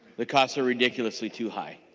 the costs are ridiculously to her.